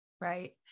right